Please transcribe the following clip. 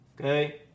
okay